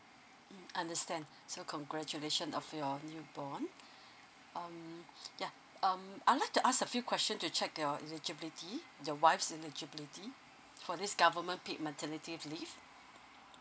understand so congratulation of your new born um yeah um I like to ask a few question to check your eligibility your wife's eligibility for this government paid maternity leave